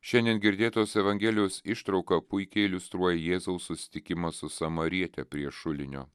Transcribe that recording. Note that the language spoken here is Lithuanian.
šiandien girdėtos evangelijos ištrauka puikiai iliustruoja jėzaus susitikimą su samariete prie šulinio